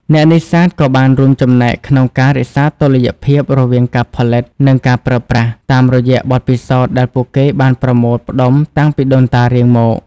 អ្នកនេសាទក៏បានរួមចំណែកក្នុងការរក្សាតុល្យភាពរវាងការផលិត និងការប្រើប្រាស់ តាមរយៈបទពិសោធន៍ដែលពួកគេបានប្រមូលផ្ដុំតាំងពីដូនតារៀងមក។